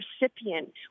recipient